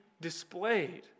displayed